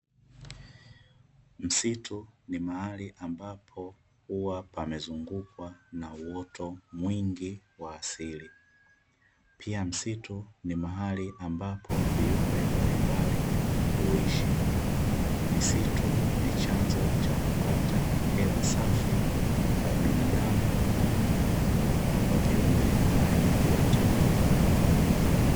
Msitu ni mahali ambapo huwa pamezungukwa na uoto mwingi wa asili. Pia msitu ni mahali ambapo viumbe mbalimbali huishi. Misitu ni chanzo cha kupata hewa safi kwa binadamu na kwa viumbe hai vyote.